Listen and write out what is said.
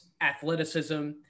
athleticism